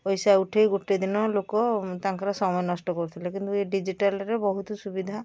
ପଇସା ଉଠେଇ ଗୋଟେ ଦିନ ଲୋକ ତାଙ୍କର ସମୟ ନଷ୍ଟ କରୁଥିଲେ କିନ୍ତୁ ଏ ଡିଜିଟାଲ୍ରେ ବହୁତ ସୁବିଧା